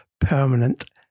permanent